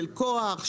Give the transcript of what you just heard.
של כוח,